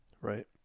Right